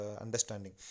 understanding